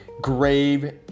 grave